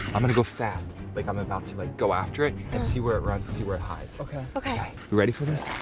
i'm gonna go fast, like i'm about to like go after it, and see where it runs, see where it hides. okay. you ready for this?